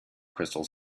crystals